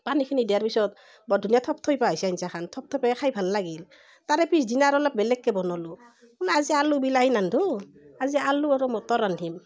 পানীখিনি দিয়াৰ পিছত বৰ ধুনীয়া থপথপিয়া হৈছে আঞ্জাখান থপথপীয়া খাই ভাল লাগিল তাৰে পিছদিনা আৰু অলপ বেলেগকৈ বনালোঁ বোলো আজি আলু বিলাহী নাৰান্ধো আজি আলু আৰু মটৰ ৰান্ধিম